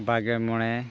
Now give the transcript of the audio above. ᱵᱟᱜᱮ ᱢᱚᱬᱮ